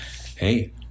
hey